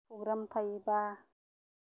बे प्रग्राम थायोबा